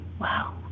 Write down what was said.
Wow